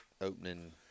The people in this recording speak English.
Opening